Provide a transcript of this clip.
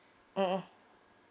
mmhmm